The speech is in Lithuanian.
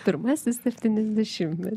pirmasis septyniasdešimtmetis